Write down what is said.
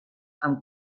amb